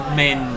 men